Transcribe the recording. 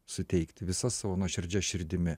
suteikti visa savo nuoširdžia širdimi